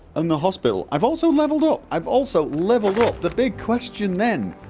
and the hospital i've also leveled up i've also leveled up the big question then